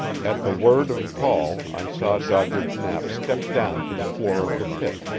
at the word of call i saw doddridge knapp step down to the floor of the pit,